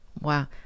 Wow